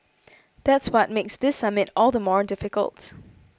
that's what makes this summit all the more difficult